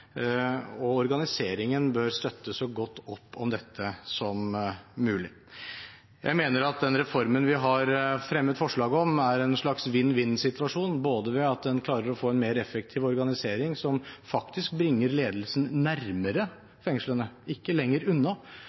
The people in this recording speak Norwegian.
og organiseringen bør støtte så godt opp om dette som mulig. Jeg mener at den reformen vi har fremmet forslag om, er en slags vinn-vinn-situasjon ved at den klarer å få en mer effektiv organisering som faktisk bringer ledelsen nærmere fengslene, ikke lenger unna,